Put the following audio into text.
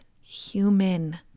human